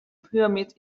pyramids